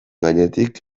gainetik